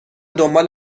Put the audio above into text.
دنبال